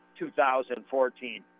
2014